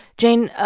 jane, ah